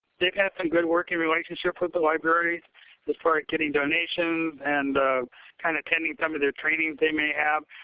they've had some good working relationships with the libraries getting donations and kind of attending some of their trainings they may have.